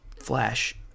Flash